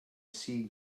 see